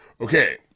Okay